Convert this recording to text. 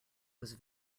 was